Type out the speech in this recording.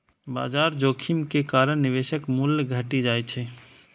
बाजार जोखिम के कारण निवेशक मूल्य घटि जाइ छै